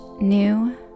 new